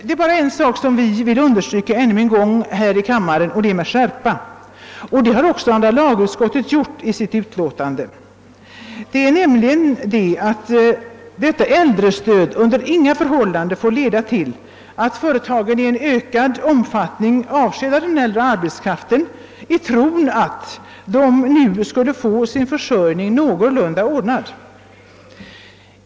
Det är bara en sak som jag vill påpeka ännu en gång här i kammaren och det med skärpa, vilket också andra lagutskottet har gjort i sitt utlåtande, nämligen att detta äldrestöd under inga förhållanden får leda till att företagen i ökad omfattning avskedar den äldre arbetskraften i tron att den nu skulle få sin försörjning någorlunda ordnad.